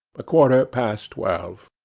a quarter past twelve.